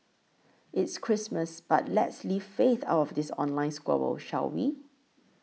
it's Christmas but let's leave faith out of this online squabble shall we